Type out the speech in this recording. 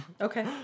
Okay